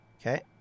Okay